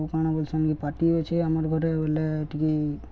ଆଉ କାଣା ବୋଲୁଛନ୍ କି ପାର୍ଟି ଅଛି ଆମର ଘରେ ବୋଲେ ଟିକେ